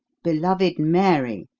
beloved mary,